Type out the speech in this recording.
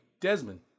Desmond